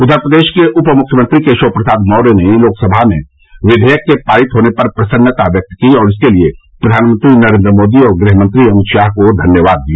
उधर प्रदेश के उप मुख्यमंत्री केशव प्रसाद मौर्य ने लोकसभा में विधेयक के पारित होने पर प्रसन्नता व्यक्त की और इसके लिए प्रधानमंत्री नरेन्द्र मोदी और गृह मंत्री अमित शाह को धन्यवाद दिया